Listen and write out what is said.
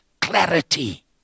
clarity